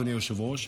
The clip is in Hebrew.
אדוני היושב-ראש,